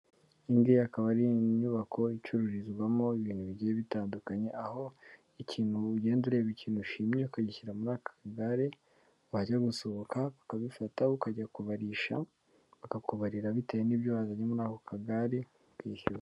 Iyi ngiyi akaba ari inyubako icururizwamo ibintu bigiye bitandukanye, aho ikintu ugenda ureba ikintu ushimye ukagishyira muri aka kagare, wajya gusohoka ukabifata ukajya kubarisha bakakubarira bite n'ibyo wazanye muri ako kagare ukishyura.